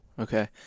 Okay